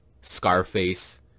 Scarface